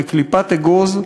בקליפת אגוז,